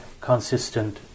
consistent